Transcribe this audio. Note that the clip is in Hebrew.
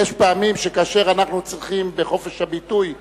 יש פעמים שכאשר אנחנו צריכים בחופש הביטוי להבליג,